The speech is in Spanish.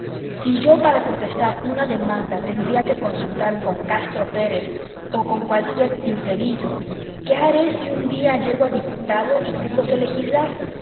si yo para contestar una demanda tendría que consultar con castro pérez o con cualquier tinterillo qué haré si un día llego a diputado y tengo que legislar